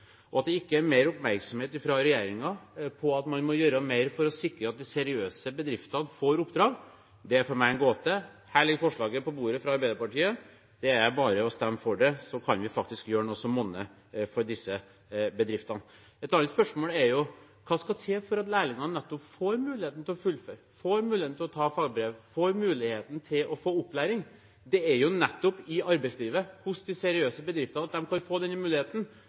At det ikke er mer oppmerksomhet fra regjeringen på at man må gjøre mer for å sikre at de seriøse bedriftene får oppdrag, er for meg en gåte. Forslaget fra Arbeiderpartiet ligger på bordet. Det er bare å stemme for det, så kan vi faktisk gjøre noe som monner for disse bedriftene. Et annet spørsmål er: Hva skal til for at lærlingene skal få muligheten til å fullføre, få muligheten til å ta fagbrev, og få muligheten til å få opplæring? Det er jo nettopp i arbeidslivet hos de seriøse bedriftene at de kan få denne muligheten.